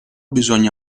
bisogna